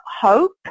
hope